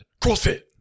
CrossFit